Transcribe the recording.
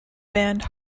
band